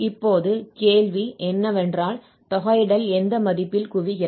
இப்போது கேள்வி என்னவென்றால் தொகையிடல் எந்த மதிப்பில் குவிகிறது